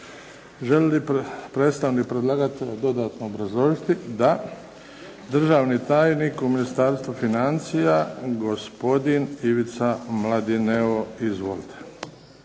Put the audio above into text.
Želi li predstavnik predlagatelja dodatno obrazložiti? Da. Državni tajnik u Ministarstvu financija gospodin Ivica Mladineo. Izvolite.